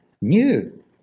new